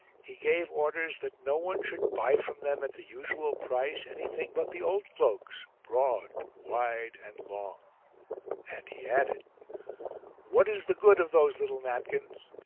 he gave orders that no one should buy from them, at the usual price, anything but the old cloaks, broad, wide and long and he added what is the good of those little napkins?